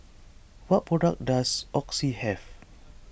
what products does Oxy have